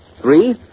Three